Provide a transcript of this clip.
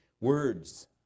Words